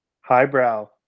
Highbrow